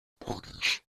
parties